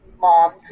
mom